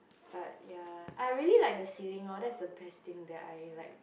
but ya I really like the ceiling orh that's the best thing that I like